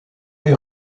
est